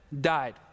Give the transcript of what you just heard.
died